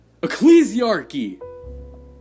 ecclesiarchy